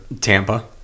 Tampa